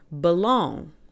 belong